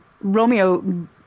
Romeo